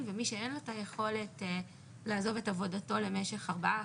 ומי שאין לו את היכולת לעזוב את עבודתו למשך ארבעה,